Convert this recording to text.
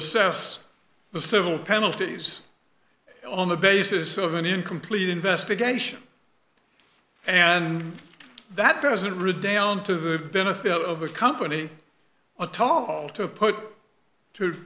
assess the civil penalties on the basis of an incomplete investigation and that doesn't redound to the benefit of a company atol to put to